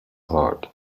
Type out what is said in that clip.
heart